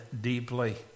deeply